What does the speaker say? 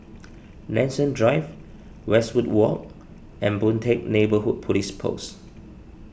Nanson Drive Westwood Walk and Boon Teck Neighbourhood Police Post